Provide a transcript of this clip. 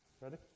Ready